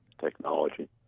technology